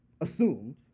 assumed